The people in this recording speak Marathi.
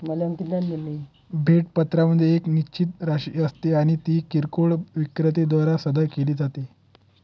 भेट पत्रामध्ये एक निश्चित राशी असते आणि ती किरकोळ विक्रेत्या द्वारे सादर केली जाते